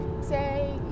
say